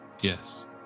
Yes